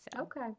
okay